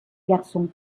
garçon